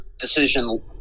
decision